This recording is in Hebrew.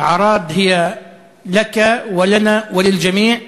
ערד היא שלך ושלנו ושל כולם.